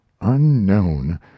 unknown